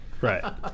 Right